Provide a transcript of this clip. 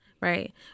right